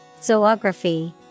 Zoography